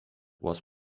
was